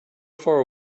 far